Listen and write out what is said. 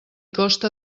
costa